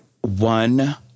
One